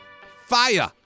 Fire